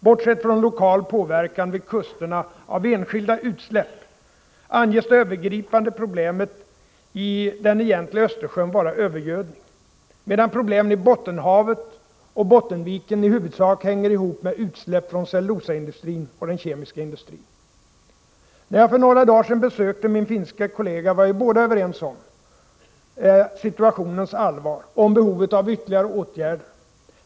Bortsett från lokal påverkan vid kusterna av enskilda utsläpp anges det övergripande problemet i den egentliga Östersjön vara övergödning, medan problemen i Bottenhavet och Bottenviken i huvudsak hänger ihop med utsläpp från cellulosaindustrin och den kemiska industrin. När jag för några dagar sedan besökte min finske kollega var vi båda överens om situationens allvar och om behovet av ytterligare åtgärder.